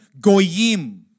goyim